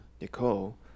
Nicole